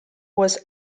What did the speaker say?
was